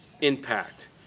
impact